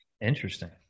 Interesting